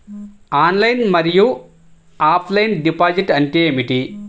Online మరియు offline deposit అంటే ఏమిటి?